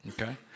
Okay